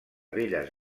belles